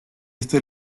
este